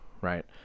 right